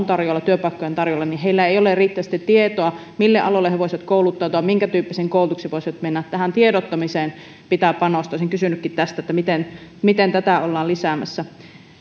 tarjolla työpaikkoja on tarjolla niin heillä ei ole riittävästi tietoa mille aloille he voisivat kouluttautua minkä tyyppiseen koulutukseen voisivat mennä tähän tiedottamiseen pitää panostaa olisinkin kysynyt tästä miten miten tätä ollaan lisäämässä